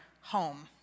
home